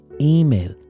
email